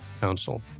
council